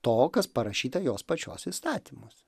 to kas parašyta jos pačios įstatymus